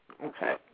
Okay